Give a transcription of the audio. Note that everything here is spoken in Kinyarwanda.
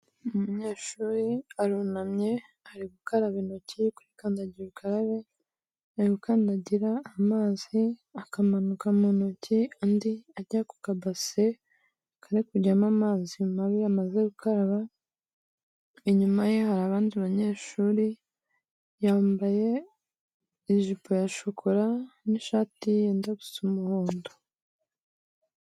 Umunyeshuri arunamye ari gukaraba intoki kuri kandagira ukarabe, arukandagira amazi akamanuka mu ntoki andi ajya ku kabase kari kujyamo amazi mabi amaze gukaraba. Inyuma ye hari abandi banyeshuri, yambaye ijipo ya shokora n'ishati yenda gusa umuhondo.